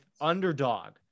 underdog